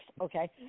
okay